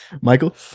Michael